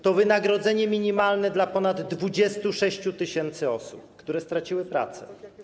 To wynagrodzenie minimalne dla ponad 26 tys. osób, które straciły pracę.